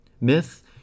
Myth